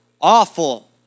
awful